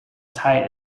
tight